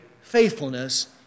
faithfulness